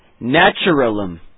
naturalum